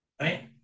right